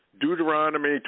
Deuteronomy